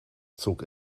zog